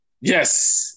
Yes